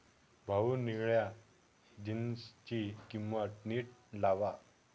भाऊ, निळ्या जीन्सची किंमत नीट लावा